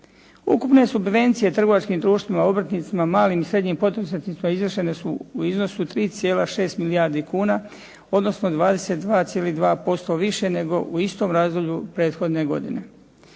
Ukupne subvencije trgovačkim društvima, obrtnicima, malim i srednjim poduzetnicima izvršene su u iznosu 3,6 milijardi kuna, odnosno 22,2% više nego u istom razdoblju prethodne godine.